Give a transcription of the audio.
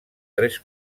tres